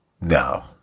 No